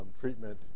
treatment